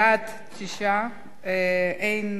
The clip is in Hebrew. בעד, 9, אין